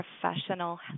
professional